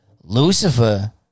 Lucifer